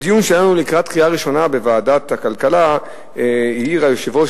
בדיון שהיה לנו לקראת קריאה ראשונה בוועדת הכלכלה העיר היושב-ראש,